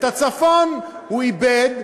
את הצפון הוא איבד,